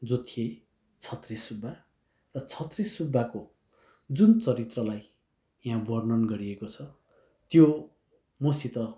जो थिए छत्रे सुब्बा र छत्रे सुब्बाको जुन चरित्रलाई यहाँ वर्णन गरिएको छ त्यो मसित